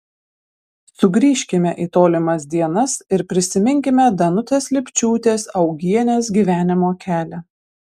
sugrįžkime į tolimas dienas ir prisiminkime danutės lipčiūtės augienės gyvenimo kelią